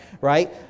Right